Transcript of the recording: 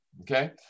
Okay